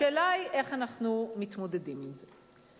השאלה היא, איך אנחנו מתמודדים עם זה?